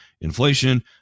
inflation